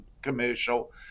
commercial